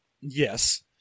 Yes